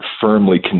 firmly